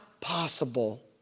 possible